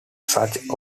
such